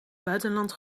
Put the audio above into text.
buitenland